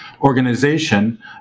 organization